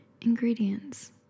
Ingredients